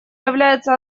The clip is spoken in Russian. является